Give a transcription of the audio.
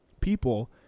people